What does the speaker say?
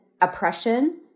oppression